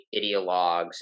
ideologues